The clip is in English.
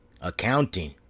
Accounting